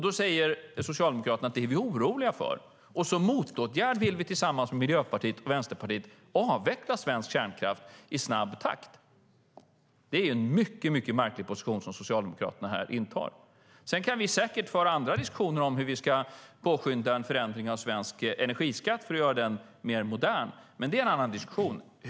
Då säger Socialdemokraterna: Det är vi oroliga för, och som motåtgärd vill vi tillsammans med Miljöpartiet och Vänsterpartiet avveckla svensk kärnkraft i snabb takt. Det är en mycket märklig position som Socialdemokraterna intar. Sedan kan vi säkert föra andra diskussioner om hur vi ska påskynda en förändring av svensk energiskatt för att göra den mer modern, men det är en annan diskussion.